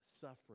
suffering